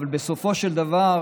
אבל בסופו של דבר,